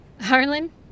Harlan